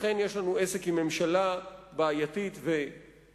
אכן יש לנו עסק עם ממשלה בעייתית וקיצונית.